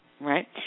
Right